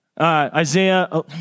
Isaiah